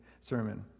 sermon